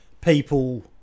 people